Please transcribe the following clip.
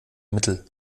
mittel